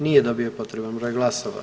Nije dobio potreban broj glasova.